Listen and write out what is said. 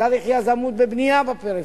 צריך יזמות בבנייה בפריפריה.